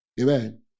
Amen